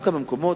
דווקא במקומות,